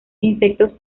insectos